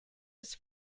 was